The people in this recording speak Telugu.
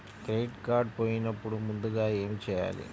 క్రెడిట్ కార్డ్ పోయినపుడు ముందుగా ఏమి చేయాలి?